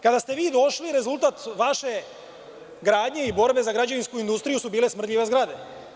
Kada ste vi došli rezultat vaše gradnje i borbe za građevinsku industriju su bile smrdljive zgrade.